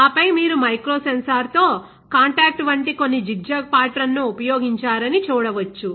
ఆపై మీరు మైక్రో సెన్సార్తో కాంటాక్ట్ వంటి కొన్ని జిగ్జాగ్ పాటర్న్ను ఉపయోగించారని చూడవచ్చు